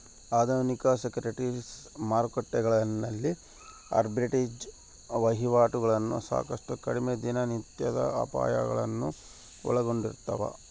ಆಧುನಿಕ ಸೆಕ್ಯುರಿಟೀಸ್ ಮಾರುಕಟ್ಟೆಗಳಲ್ಲಿನ ಆರ್ಬಿಟ್ರೇಜ್ ವಹಿವಾಟುಗಳು ಸಾಕಷ್ಟು ಕಡಿಮೆ ದಿನನಿತ್ಯದ ಅಪಾಯಗಳನ್ನು ಒಳಗೊಂಡಿರ್ತವ